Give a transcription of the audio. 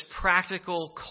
practical